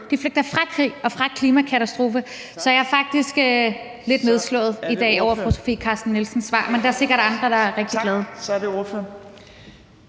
de flygter fra krig og fra klimakatastrofer. Så jeg er faktisk lidt nedslået i dag over fru Sofie Carsten Nielsens svar, men der er sikkert andre, der er rigtig glade.